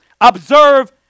observe